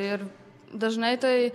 ir dažnai tai